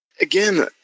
again